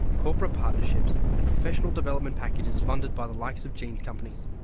corporate partnerships and professional development packages funded by the likes of jeans companies.